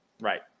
Right